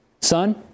son